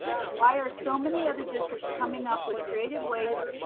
why are so many other districts coming up with creative ways,